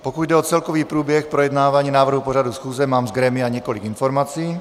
Pokud jde o celkový průběh projednávání návrhu pořadu schůze, mám z grémia několik informací.